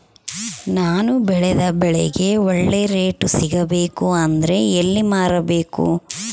ನಾನು ಬೆಳೆದ ಬೆಳೆಗೆ ಒಳ್ಳೆ ರೇಟ್ ಸಿಗಬೇಕು ಅಂದ್ರೆ ಎಲ್ಲಿ ಮಾರಬೇಕು?